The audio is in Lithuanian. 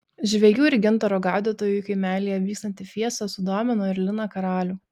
žvejų ir gintaro gaudytojų kaimelyje vykstanti fiesta sudomino ir liną karalių